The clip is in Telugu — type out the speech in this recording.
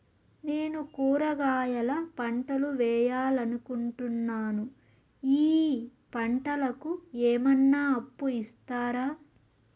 నేను కూరగాయల పంటలు వేయాలనుకుంటున్నాను, ఈ పంటలకు ఏమన్నా అప్పు ఇస్తారా?